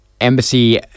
embassy